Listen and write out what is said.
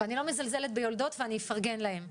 ואני לא מזלזלת ביולדות ואני אפרגן להן,